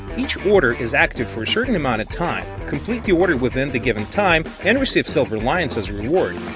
each order is active for certain amount of time complete the order within the given time and receive silver lions as reward.